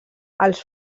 els